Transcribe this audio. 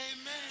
amen